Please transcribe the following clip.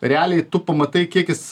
realiai tu pamatai kiek jis